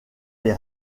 les